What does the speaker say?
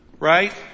Right